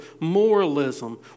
moralism